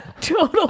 total